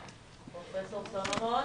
חבר הכנסת אופיר כץ.